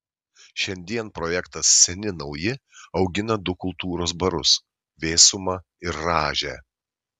šiandien projektas seni nauji augina du kultūros barus vėsumą ir rąžę